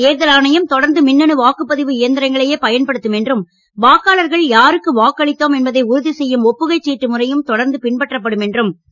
தேர்தல் ஆணையம் தொடர்ந்து மின்னணு வாக்குப்பதிவு எந்திரங்களையே பயன்படுத்தும் என்றும் வாக்காளர்கள் யாருக்கு வாக்களித்தோம் என்பதை உறுதிசெய்யும் ஒப்புகைச் சீட்டு முறையும் தொடர்ந்து பின்பற்றப்படும் என்றும் அவர் கூறினார்